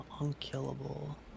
unkillable